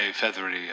feathery